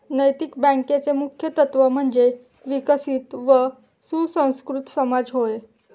नैतिक बँकेचे मुख्य तत्त्व म्हणजे विकसित व सुसंस्कृत समाज होय